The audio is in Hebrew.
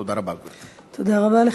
תודה רבה, גברתי.